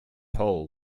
hole